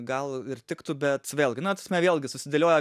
gal ir tiktų bet vėlgi na ta prasme vėlgi susidėlioja